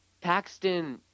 Paxton